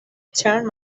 turn